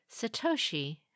Satoshi